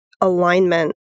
alignment